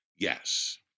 Yes